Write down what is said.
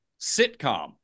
sitcom